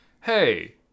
hey